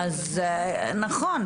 נכון,